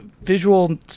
Visual